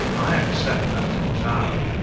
i accept that entirely.